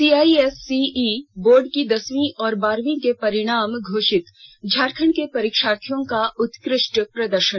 CISCE board के दसवीं और बारहवीं के परिणाम घोषित झारखड के परीक्षार्थियों का उत्कृष्ट प्रदर्षन